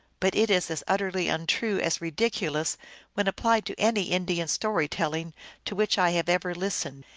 but it is as utterly untrue as ridiculous when applied to any indian story telling to which i have ever listened,